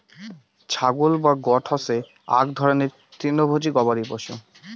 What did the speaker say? ছাগল বা গোট হসে আক রকমের তৃণভোজী গবাদি পশু